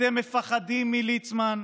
אתם מפחדים מליצמן,